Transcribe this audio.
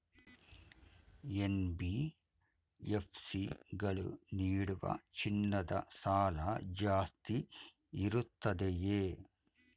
NBFC ಗಳು ನೀಡುವ ಚಿನ್ನದ ಸಾಲ ಜಾಸ್ತಿ ಇರುತ್ತದೆಯೇ?